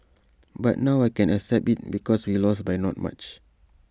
but now I can accept IT because we lost by not much